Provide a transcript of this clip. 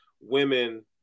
women